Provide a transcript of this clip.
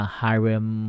harem